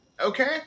Okay